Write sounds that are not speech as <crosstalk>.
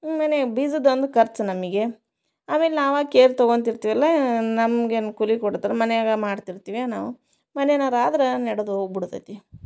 <unintelligible> ಬೀಜದೊಂದು ಖರ್ಚು ನಮಗೆ ಆಮೇಲೆ ನಾವೇ ಕೇರ್ ತಗೊಂತಿರ್ತೀವಲ್ಲ ನಮ್ಗೇನು ಕೂಲಿ ಕೊಡ್ತ್ರ ಮನೆಯಾಗ ಮಾಡ್ತಿರ್ತೀವಿ ನಾವು ಮನೆನಾರೂ ಆದ್ರೆ ನೆಡ್ದ್ ಹೋಗ್ಬಿಡ್ತೈತಿ